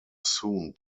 soon